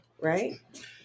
right